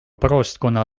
praostkonna